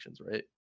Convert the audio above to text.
Right